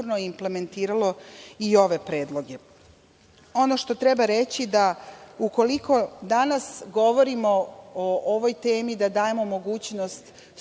implementiralo i ove predloge. Ono što treba reći da ukoliko danas govorimo o ovoj temi da dajemo mogućnost